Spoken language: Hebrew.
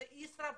זה ישראבלוף,